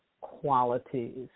qualities